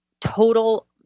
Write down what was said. total